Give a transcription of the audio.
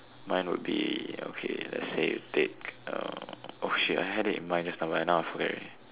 mine would be okay let say we take uh oh shit I had in mind just but now I forget already